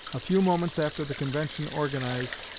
a few moments after the convention organized,